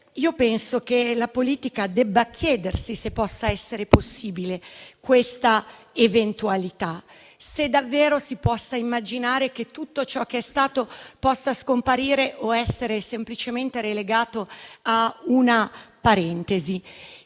Penso che la politica debba chiedersi se possa esserci una tale eventualità, se davvero si possa immaginare che tutto ciò che è stato possa scomparire o essere semplicemente relegato a una parentesi.